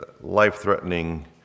life-threatening